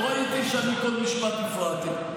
לא ראיתי שאני כל משפט הפרעתי.